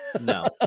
No